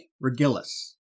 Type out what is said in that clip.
Regillus